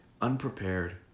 unprepared